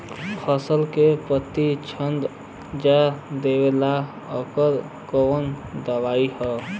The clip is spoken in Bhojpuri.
फसल के पत्ता छेद जो देवेला ओकर कवन दवाई ह?